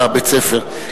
בית-הספר,